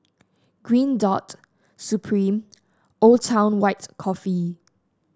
Green Dot Supreme Old Town White Coffee